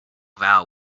vow